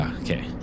okay